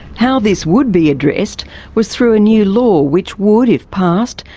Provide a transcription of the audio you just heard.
how this would be addressed was through a new law which would, if passed,